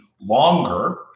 longer